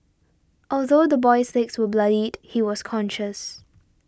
although the boy's legs were bloodied he was conscious